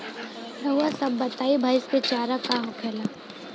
रउआ सभ बताई भईस क चारा का का होखेला?